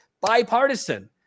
bipartisan